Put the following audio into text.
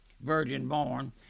virgin-born